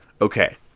Okay